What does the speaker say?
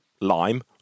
lime